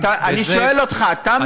אני שואל אותך: אתה מאמין,